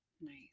Nice